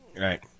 Right